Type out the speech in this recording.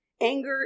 Anger